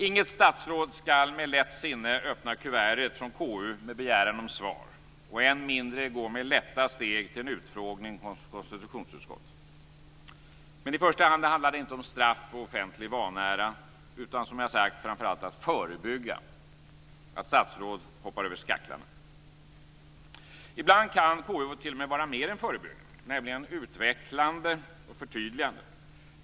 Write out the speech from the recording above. Inget statsråd skall med lätt sinne öppna kuvertet från KU med begäran om svar, än mindre gå med lätta steg till en utfrågning i konstitutionsutskottet. Men i första hand handlar det inte om straff och offentlig vanära, utan som jag sagt framför allt om att förebygga att statsråd hoppar över skaklarna. Ibland kan KU t.o.m. vara mer än förebyggande, nämligen utvecklande och förtydligande.